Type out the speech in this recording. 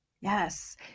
Yes